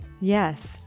Yes